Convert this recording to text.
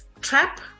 trap